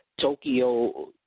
Tokyo –